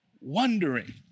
wondering